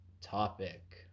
topic